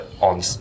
on